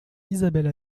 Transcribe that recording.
isabelle